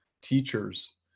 teachers